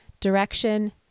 direction